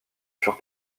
furent